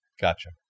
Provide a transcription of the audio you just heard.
Gotcha